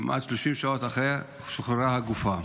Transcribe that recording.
כמעט 30 שעות אחרי, שוחררה הגופה.